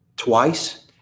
twice